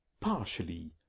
Partially